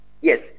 Yes